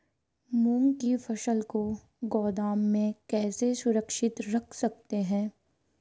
मूंग की फसल को गोदाम में कैसे सुरक्षित रख सकते हैं?